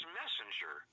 messenger